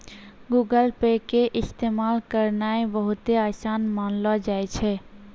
Google Pay के इस्तेमाल करनाय बहुते असान मानलो जाय छै